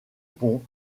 pons